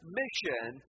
mission